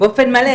באופן מלא.